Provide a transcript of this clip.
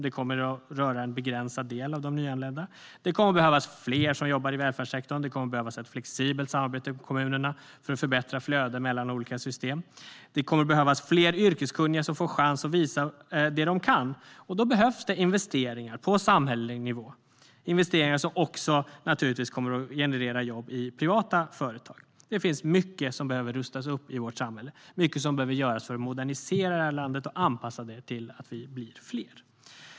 Det kommer att röra en begränsad del av de nyanlända. Det kommer att behövas fler som jobbar i välfärdssektorn. Det kommer att behövas ett flexibelt samarbete ute i kommunerna för att förbättra flöden mellan olika system. Det kommer att behövas fler yrkeskunniga som får en chans att visa vad de kan, och då behövs det investeringar på samhällelig nivå - investeringar som naturligtvis också kommer att generera jobb i privata företag. Det finns mycket som behöver rustas upp i vårt samhälle och mycket som behöver göras för att modernisera det här landet och anpassa det till att vi blir fler.